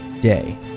day